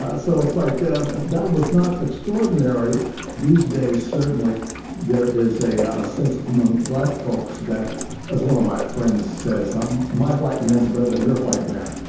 ah so it's like ah that was not extraordinary these days. certainly there is a ah sense among black folks that as one of my friends says, i'm my white man's better than your white man.